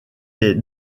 est